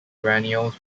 granules